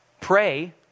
Pray